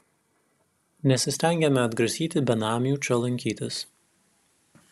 nesistengiame atgrasyti benamių čia lankytis